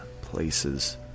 places